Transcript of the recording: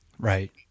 Right